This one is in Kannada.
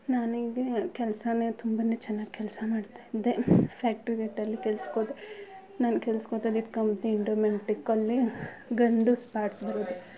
ನನಗೆ ಕೆಲ್ಸ ತುಂಬಾ ಚೆನ್ನಾಗ್ ಕೆಲಸ ಮಾಡ್ತಾಯಿದ್ದೆ ಫ್ಯಾಕ್ಟ್ರಿ ಗೇಟಲ್ಲಿ ಕೆಲ್ಸಕ್ಕೆ ಹೋದೆ ನನ್ನ ಕೆಲ್ಸಕ್ಕೆ ಹೋದಲಿದ್ ಕಂಪ್ನಿ ಇಂಟರ್ಮೆಂಟಿಕ್ ಅಲ್ಲಿ ಗನ್ದು ಸ್ಪಾಟ್ಸ್